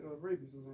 rabies